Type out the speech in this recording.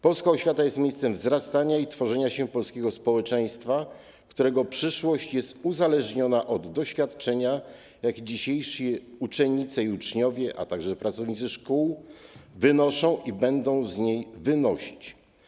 Polska oświata jest miejscem wzrastania i tworzenia się polskiego społeczeństwa, którego przyszłość jest uzależniona od doświadczenia, jakie dzisiejsi uczennice i uczniowie, a także pracownicy szkół wynoszą i będą z niej wynosić.